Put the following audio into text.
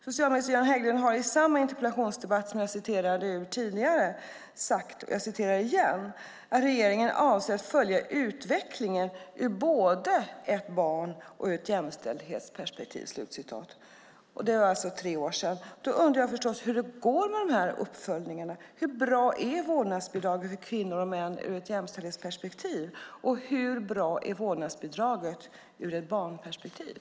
Socialminister Göran Hägglund har i samma interpellationsdebatt som jag citerade från tidigare sagt: "Regeringen avser att följa utvecklingen ur både ett barn och ett jämställdhetsperspektiv." Det var alltså tre år sedan. Då undrar jag förstås hur det går med dessa uppföljningar. Hur bra är vårdnadsbidraget för kvinnor och män ur ett jämställdhetsperspektiv, och hur bra är vårdnadsbidraget ur ett barnperspektiv?